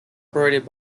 operated